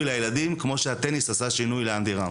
לילדים כמו שהטניס עשה לשינוי לאנדי רם